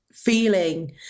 feeling